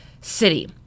city